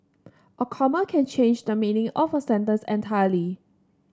a comma can change the meaning of a sentence entirely